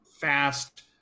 fast